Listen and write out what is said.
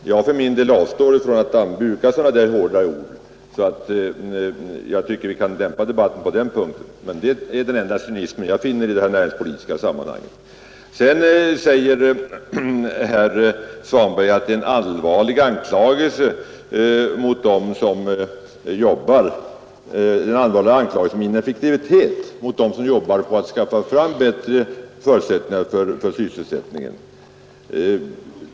Jag för min del avstår från att bruka sådana hårda ord. Jag tycker vi skall dämpa debatten på den punkten. Men detta är den enda cynism jag finner i de här näringspolitiska sammanhangen. Sedan säger herr Svanberg att vårt förslag är en allvarlig anklagelse om ineffektivitet mot dem som jobbar för att skaffa fram bättre förutsättningar för sysselsättningen.